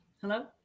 Hello